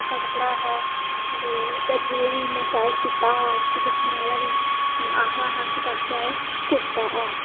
पक्का कपड़ा हा ते दरज़ी नै बी इन्ना शैल सीत्ता हा ते उसी दिक्खनै आह्ला बी आखदा कि वाकई कुरता ऐ